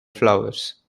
flowers